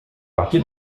partie